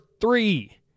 three